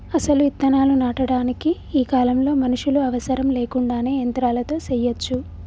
అసలు ఇత్తనాలు నాటటానికి ఈ కాలంలో మనుషులు అవసరం లేకుండానే యంత్రాలతో సెయ్యచ్చు